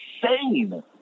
insane